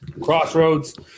Crossroads